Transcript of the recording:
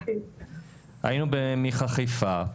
היינו במיח"א חיפה,